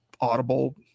Audible